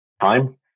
time